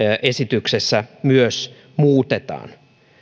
esityksessä myös muutetaan